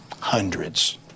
Hundreds